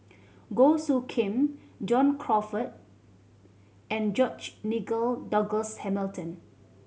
Goh Soo Khim John Crawfurd and George Nigel Douglas Hamilton